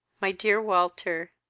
my dear walter,